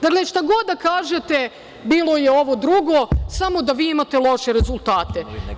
Dakle, šta god da kažete, bilo je ovo drugo, samo da vi imate loše rezultate.